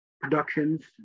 Productions